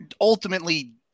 ultimately